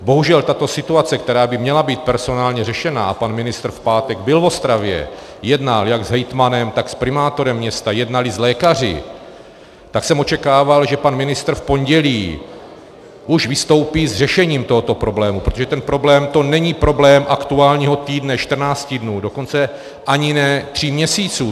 Bohužel tato situace, která by měla být personálně řešena, a pan ministr v pátek byl v Ostravě, jednal jak s hejtmanem, tak s primátorem města, jednal i s lékaři, tak jsem očekával, že pan ministr v pondělí už vystoupí s řešením tohoto problému, protože tento problém, to není problém aktuálního týdne, čtrnácti dnů, dokonce ani ne tří měsíců.